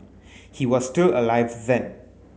he was still alive then